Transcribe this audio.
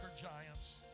giants